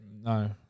No